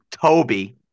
Toby